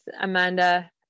amanda